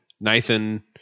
Nathan